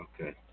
Okay